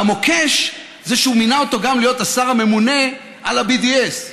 והמוקש הוא שהוא מינה אותו גם להיות השר הממונה על ה-BDS.